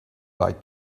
like